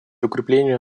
укрепление